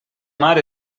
mar